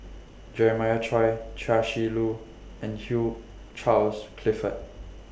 Jeremiah Choy Chia Shi Lu and Hugh Charles Clifford